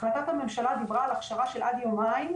החלטת הממשלה דיברה על הכשרה של עד יומיים,